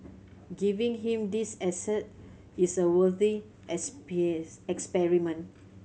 giving him these asset is a worthy experiment